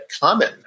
common